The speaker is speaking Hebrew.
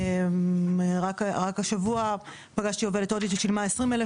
רק השבוע פגשתי עובדת הודית ששילמה 20,000